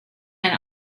and